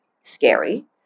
scary